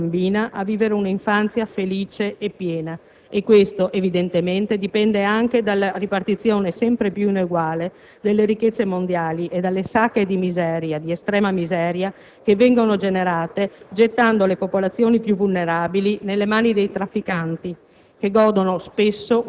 che violano il diritto di ogni bambina a vivere un'infanzia felice e piena. Questo, evidentemente, dipende anche dalla ripartizione sempre più ineguale delle ricchezze mondiali e dalle sacche di miseria - di estrema miseria - che vengono generate, gettando le popolazioni più vulnerabili nelle mani dei trafficanti